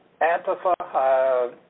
Antifa